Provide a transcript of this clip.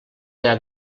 gra